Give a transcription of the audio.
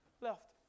left